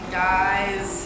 guys